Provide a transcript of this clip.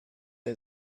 and